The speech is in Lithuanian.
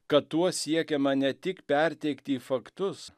kad tuo siekiama ne tik perteikti faktus